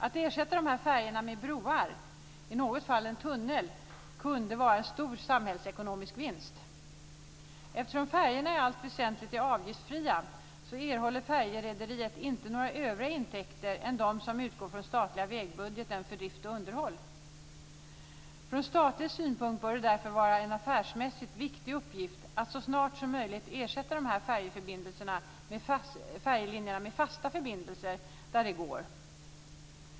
Att ersätta dessa färjor med broar - i något fall en tunnel - kunde innebära en stor samhällsekonomisk vinst. Eftersom färjorna i allt väsentligt är avgiftsfria erhåller färjerederiet inte några andra intäkter än dem som utgår från statliga vägbudgeten för drift och underhåll. Från statlig synpunkt bör det därför vara en affärsmässigt viktig uppgift att så snart som möjligt ersätta dessa färjelinjer med fasta förbindelser där det går.